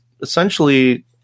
essentially